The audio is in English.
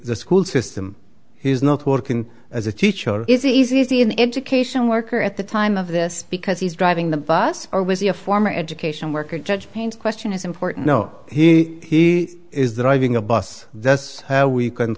the school system he's not working as a teacher is easy in the education worker at the time of this because he's driving the bus or was he a former education worker judge paint question is important no he he is the driving a bus that's how we can